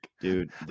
Dude